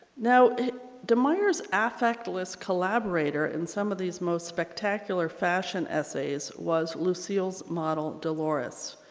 now de meyer's affectless collaborator in some of these most spectacular fashion essays was lucille's model dolores.